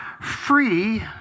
free